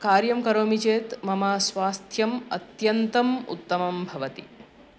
कार्यं करोमि चेत् मम स्वास्थ्यम् अत्यन्तम् उत्तमं भवति